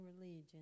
religion